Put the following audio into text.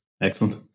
excellent